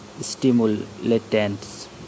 stimulants